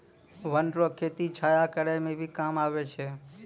वन रो खेती छाया करै मे भी काम आबै छै